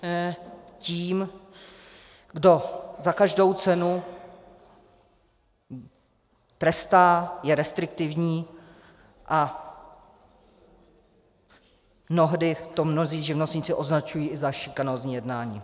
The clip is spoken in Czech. Nebýt tím, kdo za každou cenu trestá, je restriktivní, a mnohdy to mnozí živnostníci označují i za šikanózní jednání.